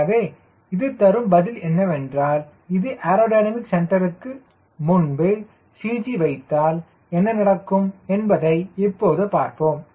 எனவே இது தரும் பதில் என்னவென்றால் இது ஏரோடைனமிக் சென்டருக்கு முன்பு CG வைத்தால் என்ன நடக்கும் என்பதை இப்போது பார்ப்போம்